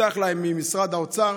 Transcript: הבטיח משרד האוצר